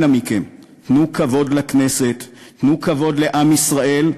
אנא מכם, תנו כבוד לכנסת, תנו כבוד לעם ישראל.